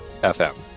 FM